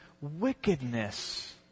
wickedness